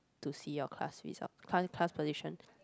to see your class result class class position